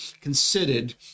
considered